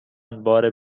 بار